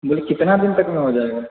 बोलिए कितना दिन तक में हो जाएगा